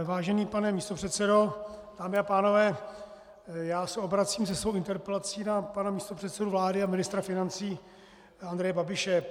Vážený pane místopředsedo, dámy a pánové, já se obracím se svou interpelací na pana místopředsedu vlády a ministra financí Andreje Babiše.